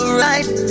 right